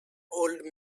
old